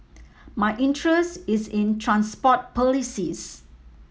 my interest is in transport policies